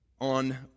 on